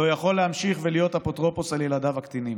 לא יכול להמשיך להיות אפוטרופוס על ילדיו הקטינים.